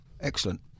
excellent